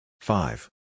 Five